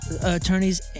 attorneys